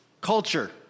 culture